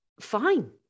Fine